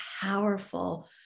powerful